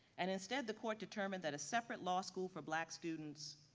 and instead the court determined that a separate law school for black students,